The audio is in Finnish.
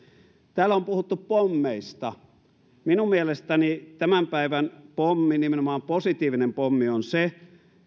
täällä on puhuttu pommeista minun mielestäni tämän päivän pommi nimenomaan positiivinen pommi on se